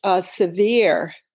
severe